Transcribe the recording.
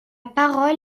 parole